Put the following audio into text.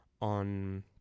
on